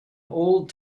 old